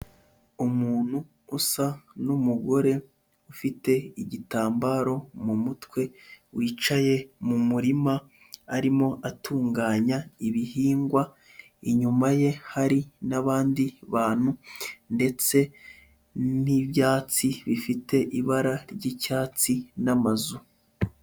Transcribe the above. Umuntu usa n'umugore ufite igitambaro mu mutwe wicaye mu murima, arimo atunganya ibihingwa inyuma ye hari n'abandi bantu ndetse n'ibyatsi bifite ibara ry'icyatsi n'amazu.